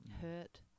hurt